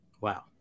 Wow